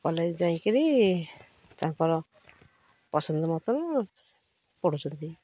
college ଯାଇକିରି ତାଙ୍କର ପସନ୍ଦ ମତର ପଢ଼ୁଛନ୍ତି